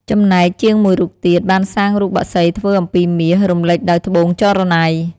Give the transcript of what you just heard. ចំណែកជាងមួយរូបទៀត បានសាងរូបបក្សីធ្វើអំពីមាស រំលេចដោយត្បូងចរណៃ។